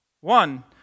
one